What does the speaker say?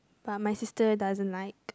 but my sister doesn't like